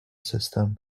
system